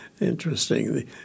Interesting